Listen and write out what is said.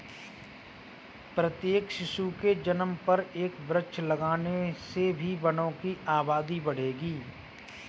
प्रत्येक शिशु के जन्म पर एक वृक्ष लगाने से भी वनों की आबादी बढ़ेगी